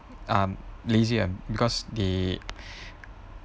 um lazier because they